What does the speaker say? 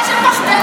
חבורה של פחדנים.